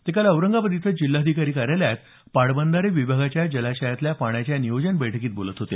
ते काल औरंगाबाद इथं जिल्हाधिकारी कार्यालयात पाटबंधारे विभागाच्या जलाशयातल्या पाण्याच्या नियोजन बैठकीत बोलत होते